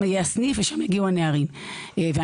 יהיה הסניף ולשם יגיעו הנערים והנערות